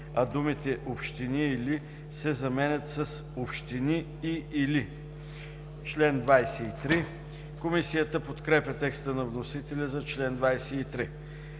а думите „общини или“ се заменят с „общини и/или“. Комисията подкрепя текста на вносителя за чл. 23.